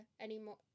anymore